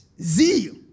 Zeal